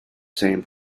same